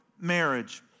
marriage